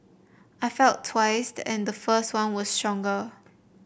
I felt twice and the first one was stronger